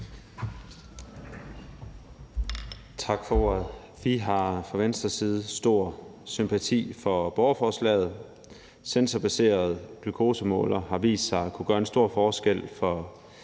Tak for ordet. Vi har fra Venstres side stor sympati for borgerforslaget. Sensorbaserede glukosemålere har vist sig at kunne gøre en stor forskel for